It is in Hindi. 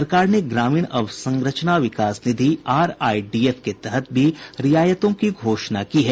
सरकार ने ग्रामीण अवसंरचना विकास निधि आर आई डी एफ के तहत भी रियायतों की घोषणा की है